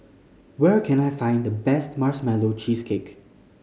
where can I find the best Marshmallow Cheesecake